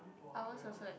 ours also at